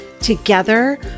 Together